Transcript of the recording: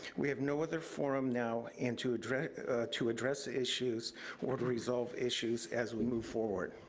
we have no other forum now, and to address to address issues or resolve issues as we move forward.